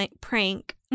prank